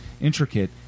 intricate